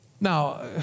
Now